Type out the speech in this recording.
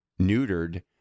neutered